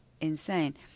insane